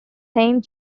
saint